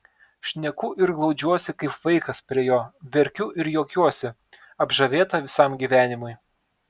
šneku ir glaudžiuosi kaip vaikas prie jo verkiu ir juokiuosi apžavėta visam gyvenimui